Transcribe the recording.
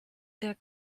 der